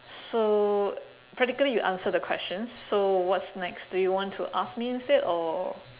so practically you answered the question so what's next do you want to ask me instead or